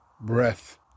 breath